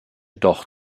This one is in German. doch